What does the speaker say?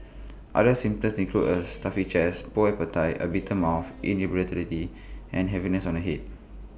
other symptoms include A stuffy chest poor appetite A bitter mouth irritability and heaviness on the Head